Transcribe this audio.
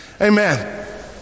Amen